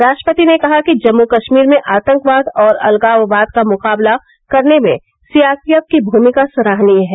राष्ट्रपति ने कहा कि जम्मू कश्मीर में आतंकवाद और अलगाववाद का मुकाबला करने में सीआरपीएफ की भूमिका सराहनीय है